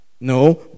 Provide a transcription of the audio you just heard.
No